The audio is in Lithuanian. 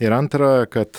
ir antra kad